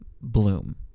bloom